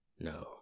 No